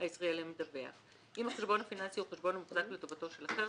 הישראלי המדווח; אם החשבון הפיננסי הוא חשבון המוחזק לטובתו של אחר,